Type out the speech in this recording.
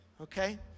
okay